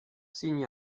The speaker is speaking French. signe